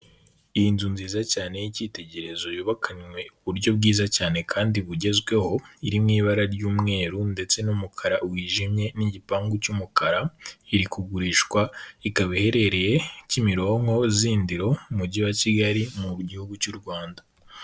Iyi nzu nziza cyane y'icyitegererezo yubakanywe uburyo bwiza cyane kandi bugezweho, iri mu ibara ry'umweru ndetse n'umukara wijimye n'igipangu cy'umukara iri kugurishwa, rikaba iherereye Kimironko zindiro mu mujyi wa Kigali mu gihugu cy'u Rwanda.